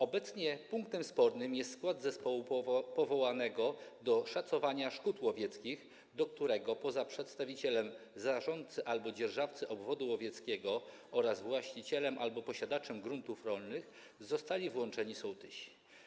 Obecnie punktem spornym jest skład zespołu powołanego do szacowania szkód łowieckich, do którego poza przedstawicielem zarządcy albo dzierżawcy obwodu łowieckiego oraz właścicielem albo posiadaczem gruntów rolnych zostali włączeni sołtysi.